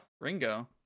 Ringo